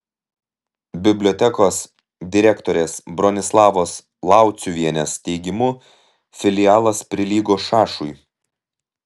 bibliotekos direktorės bronislavos lauciuvienės teigimu filialas prilygo šašui